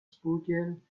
bügeln